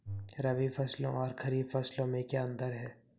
रबी फसलों और खरीफ फसलों में क्या अंतर है?